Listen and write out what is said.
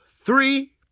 three